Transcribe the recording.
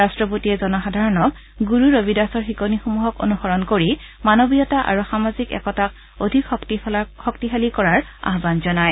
ৰাট্টপতিয়ে জনসাধাৰণক গুৰু ৰবিদাসৰ শিকনিসমূহক অনুসৰণ কৰি মানৱীয়তা আৰু সামাজিক একতাক অধিক শক্তিশালী কৰাৰ আহ্বান জনায়